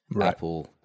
Apple